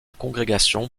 congrégation